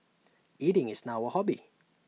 eating is now A hobby